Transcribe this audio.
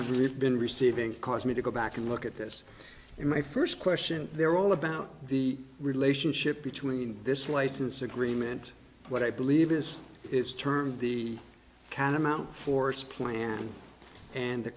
i really have been receiving caused me to go back and look at this in my first question they're all about the relationship between this license agreement what i believe it is termed the catamount force plan and the